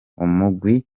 umugwi